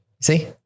See